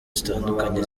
zitandukanye